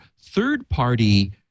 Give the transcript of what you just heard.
third-party